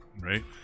right